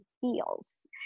feels